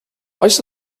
oes